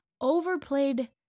overplayed